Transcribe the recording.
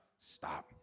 stop